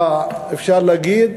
שאפשר להגיד,